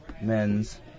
men's